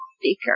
speaker